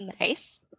Nice